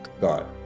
got